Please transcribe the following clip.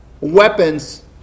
weapons